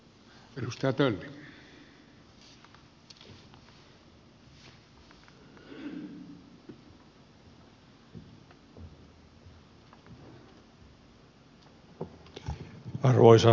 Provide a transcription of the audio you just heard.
arvoisa puhemies